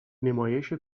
نمایش